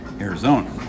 Arizona